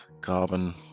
carbon